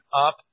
up